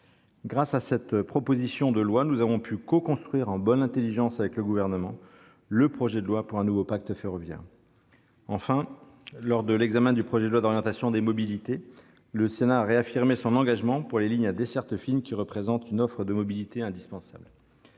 Grâce à cette proposition de loi, nous avons pu coconstruire, en bonne intelligence avec le Gouvernement, le projet de loi pour un nouveau pacte ferroviaire. Enfin, lors de l'examen de la loi d'orientation des mobilités, le Sénat a réaffirmé son engagement pour les lignes à desserte fine, qui représentent une offre de mobilité indispensable.